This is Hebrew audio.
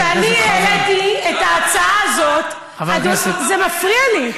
כשאני העליתי את ההצעה הזאת, זה מפריע לי.